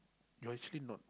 you actually not